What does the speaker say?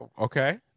Okay